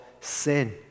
sin